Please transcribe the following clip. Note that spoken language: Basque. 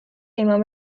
eman